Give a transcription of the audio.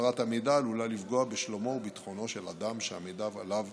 שהעברת המידע עלולה לפגוע בשלומו וביטחונו של אדם או שהמידע עליו